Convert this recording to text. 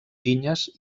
vinyes